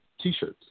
t-shirts